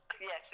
yes